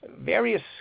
Various